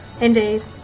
Indeed